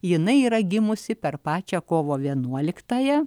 jinai yra gimusi per pačią kovo vienuoliktąją